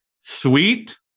sweet